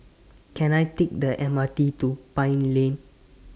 Can I Take The M R T to Pine Lane